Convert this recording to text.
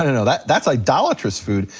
and no, that's that's idolatrous food,